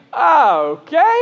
okay